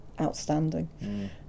outstanding